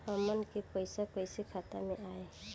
हमन के पईसा कइसे खाता में आय?